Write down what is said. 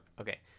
Okay